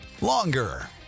longer